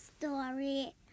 story